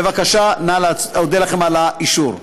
בבקשה, אודה לכם על האישור.